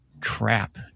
crap